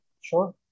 Sure